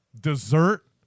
dessert